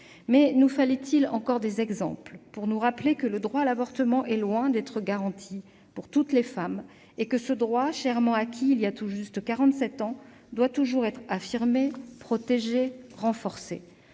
Mais nous fallait-il encore des exemples pour nous rappeler que le droit à l'avortement est loin d'être garanti pour toutes les femmes et que ce droit, chèrement acquis il y a tout juste quarante-sept ans, doit toujours être affirmé, protégé, renforcé